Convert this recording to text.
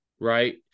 right